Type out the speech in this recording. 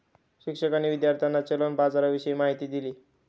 शिक्षकांनी विद्यार्थ्यांना चलन बाजाराविषयी माहिती दिली